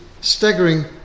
staggering